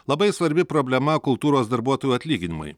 labai svarbi problema kultūros darbuotojų atlyginimai